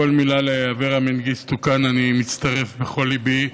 לכל מילה לאברה מנגיסטו כאן אני מצטרף בכל ליבי,